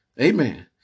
Amen